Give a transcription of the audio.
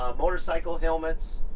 um motorcycle helmets,